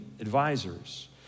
advisors